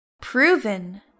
proven